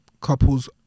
couples